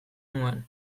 nuen